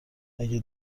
اگه